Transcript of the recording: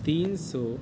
تین سو